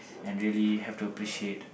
and really have to appreciate